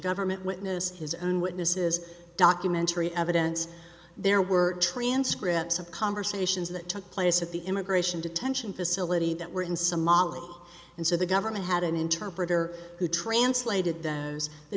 government witness his own witnesses documentary evidence there were transcripts of conversations that took place at the immigration detention facility that were in somalia and so the government had an interpreter who translated those the